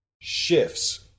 Shifts